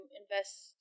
invest